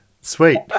sweet